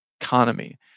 economy